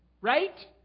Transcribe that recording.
Right